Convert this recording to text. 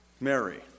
Mary